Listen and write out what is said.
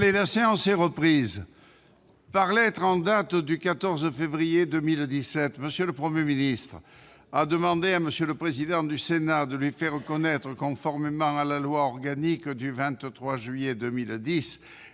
La séance est reprise. Par lettre en date du 14 février 2017, M. le Premier ministre a demandé à M. le président du Sénat de lui faire connaître, conformément à loi organique n° 2010-2837 du 23 juillet 2010